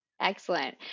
excellent